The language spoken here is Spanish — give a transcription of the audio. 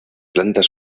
plantas